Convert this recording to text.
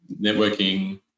networking